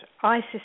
Isis